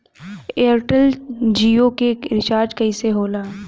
Airtel Jio के recharge कैसे होला?